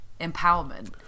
empowerment